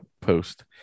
post